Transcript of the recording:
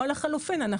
או לחילופין.